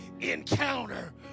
encounter